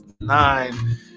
nine